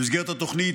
במסגרת התוכנית,